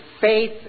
faith